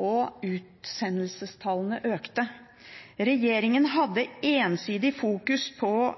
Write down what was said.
og utsendelsestallene økte. Regjeringen hadde ensidig fokus på